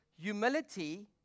Humility